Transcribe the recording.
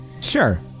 Sure